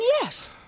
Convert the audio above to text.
yes